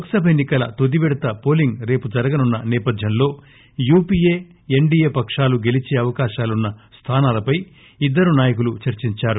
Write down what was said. లోక్ సభ ఎన్ని కల తుది విడత పోలింగ్ రేపు జరగనున్న నేపథ్యంలో U P A S D A లు పకాలు గెలీచే అవకాశమున్న స్థానాలపై ఇద్దరు నాయకులు చర్చించారు